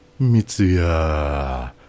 Mitsuya